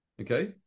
Okay